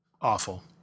awful